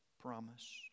promise